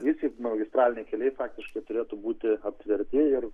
visi magistraliniai keliai faktiškai turėtų būti aptverti ir